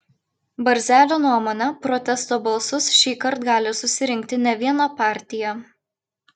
barzelio nuomone protesto balsus šįkart gali susirinkti ne viena partija